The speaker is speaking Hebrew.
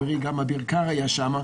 גם חברי אביר קארה היה שם,